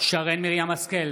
שרן מרים השכל,